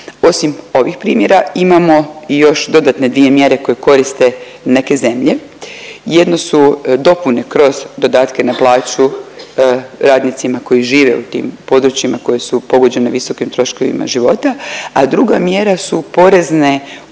Osim ovih primjera imamo i još dodatne dvije mjere koje koriste neke zemlje. Jedno su dopune kroz dodatke na plaću radnicima koji žive u tim područjima koji su pogođene visokim troškovima života, a druga mjera su porezne